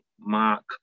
Mark